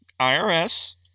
IRS